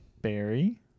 Barry